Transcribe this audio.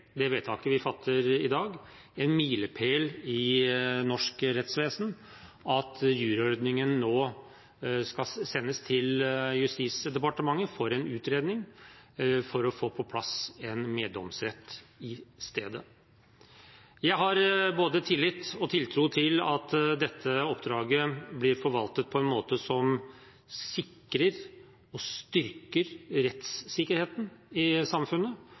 Det er en milepæl i norsk rettsvesen at juryordningen nå skal sendes til Justisdepartementet for en utredning for å få på plass en meddomsrett i stedet. Jeg har både tillit og tiltro til at dette oppdraget blir forvaltet på en måte som sikrer og styrker rettssikkerheten i samfunnet,